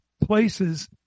places